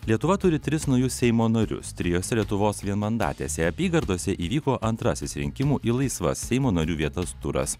lietuva turi tris naujus seimo narius trijose lietuvos vienmandatėse apygardose įvyko antrasis rinkimų į laisvas seimo narių vietas turas